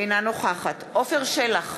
אינה נוכחת עפר שלח,